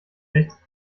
nichts